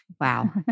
Wow